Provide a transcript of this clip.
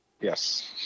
Yes